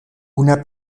una